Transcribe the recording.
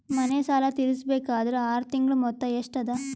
ಮನೆ ಸಾಲ ತೀರಸಬೇಕಾದರ್ ಆರ ತಿಂಗಳ ಮೊತ್ತ ಎಷ್ಟ ಅದ?